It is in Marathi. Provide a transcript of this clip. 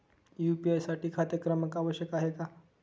यू.पी.आय साठी खाते क्रमांक आवश्यक आहे का?